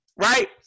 right